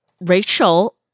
Rachel